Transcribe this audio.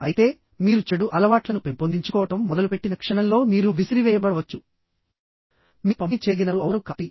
అయితే మీరు చెడు అలవాట్లను పెంపొందించుకోవడం మొదలుపెట్టిన క్షణంలో మీరు విసిరివేయబడవచ్చు మీరు పంపిణీ చేయదగినవారు అవుతారు కాబట్టి